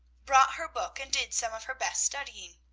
brought her book and did some of her best studying.